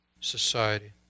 society